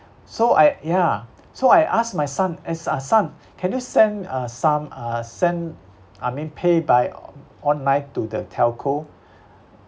so I ya so I asked my son s~ uh son can you send uh some uh send I mean pay by online to the telco